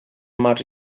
mars